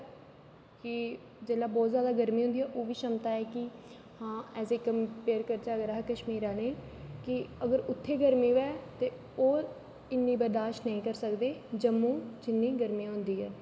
कि जिसले बहुत ज्यादा गर्मी होंदी ऐ ओह्बी क्षमता है कि हां केमपेयर करचै अस कशमीर आहले गी कि अगर उत्थे गर्मी होऐ ओह् इन्नी बर्दाशत नेईं करी सकदे जम्मू जिन्नी गर्मी होंदी ऐ